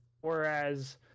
whereas